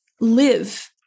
live